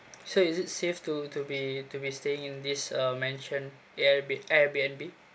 so is it safe to to be to be staying in this uh mentioned airb~ air B N B